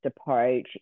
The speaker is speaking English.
approach